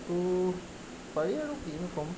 এইটো পাৰি আৰু কিনো ক'ম